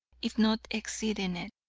if not exceeding it.